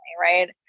right